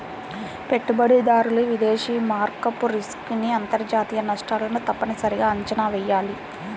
పెట్టుబడిదారులు విదేశీ మారకపు రిస్క్ ని అంతర్జాతీయ నష్టాలను తప్పనిసరిగా అంచనా వెయ్యాలి